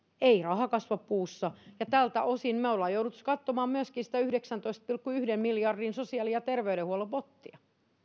ei raha kasva puussa ja tältä osin me olemme joutuneet katsomaan myöskin sitä yhdeksäntoista pilkku yhden miljardin sosiaali ja terveydenhuollon pottia